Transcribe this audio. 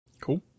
Cool